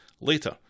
Later